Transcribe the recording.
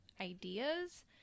ideas